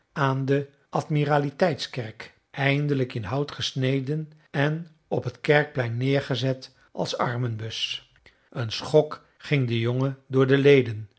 aan de admiraliteitskerk eindelijk in hout gesneden en op het kerkplein neergezet als armenbus een schok ging den jongen door de leden